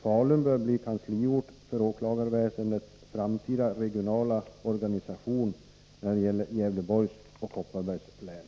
Falun bör bli kansliort för åklagarväsendets framtida regionala organisation när det gäller Gävleborgs och Kopparbergs län.